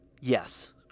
yes